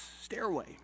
stairway